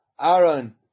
Aaron